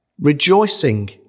Rejoicing